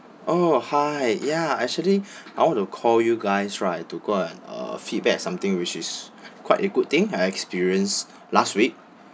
oh hi ya actually I want to call you guys right to go and uh feedback something which is quite a good thing I experience last week